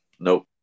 Nope